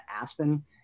Aspen